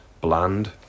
bland